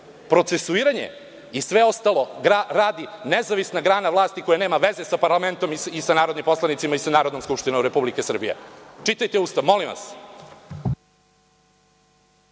Procesuiranje i sve ostalo radi nezavisna grana vlasti koja nema veze sa parlamentom, narodnim poslanicima i sa Narodnom skupštinom Republike Srbije. Čitajte Ustav, molim vas.